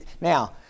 Now